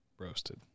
roasted